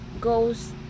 goes